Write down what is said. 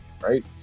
right